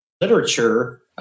literature